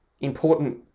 Important